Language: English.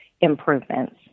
improvements